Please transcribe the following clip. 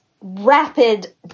rapid